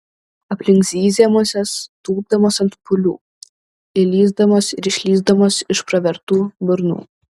aplink zyzė musės tūpdamos ant pūlių įlįsdamos ir išlįsdamos iš pravertų burnų